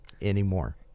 anymore